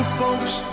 folks